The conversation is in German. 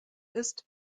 ist